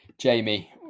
Jamie